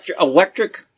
electric